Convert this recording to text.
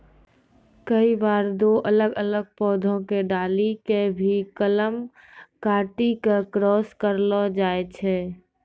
कई बार दो अलग अलग पौधा के डाली कॅ भी कलम काटी क क्रास करैलो जाय छै